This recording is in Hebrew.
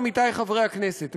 עמיתי חברי הכנסת,